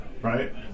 right